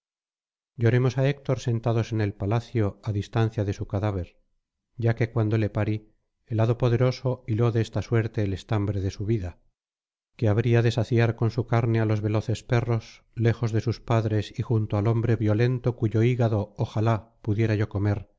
lloremos á héctor sentados en el palacio á distancia de su cadáver ya que cuando le parí el hado poderoso hiló de esta suerte el estambre de su vida que habría de saciar con su carne á los veloces perros lejos de sus padres y junto al hombre violento cuyo hígado ojalá pudiera yo comer